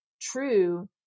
true